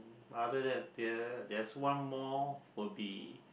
other than that there's one more will be